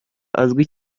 azwi